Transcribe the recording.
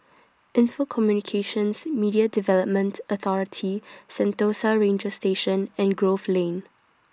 Info Communications Media Development Authority Sentosa Ranger Station and Grove Lane